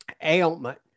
ailment